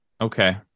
okay